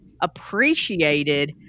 appreciated